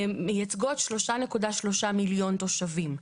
מייצגות 3.3 מיליון תושבים.